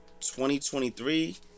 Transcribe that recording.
2023